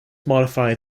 modified